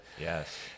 Yes